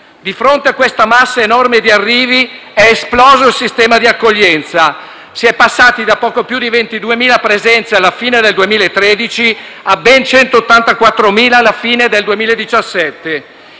Di fronte a questa massa enorme di arrivi è esploso il sistema di accoglienza: si è passati da poco più di 22.000 presenze alla fine del 2013 a ben 184.000 alla fine del 2017.